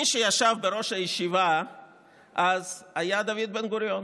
מי שישב בראש הישיבה אז היה דוד בן-גוריון,